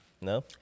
no